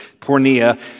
pornea